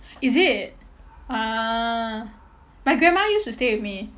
is it ah my grandma used to stay with me